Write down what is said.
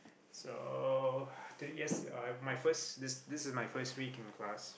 so to yes I my first this this is my first week in class